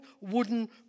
wooden